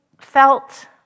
felt